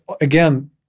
again